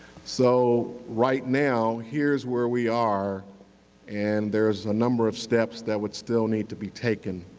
so right now, here's where we are and there's a number of steps that would still need to be taken.